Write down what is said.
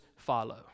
Follow